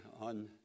on